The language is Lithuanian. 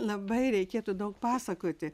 labai reikėtų daug pasakoti